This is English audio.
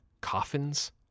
coffins